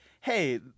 hey